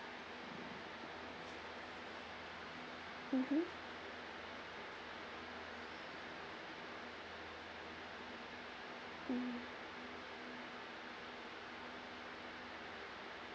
mmhmm mm